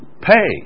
pay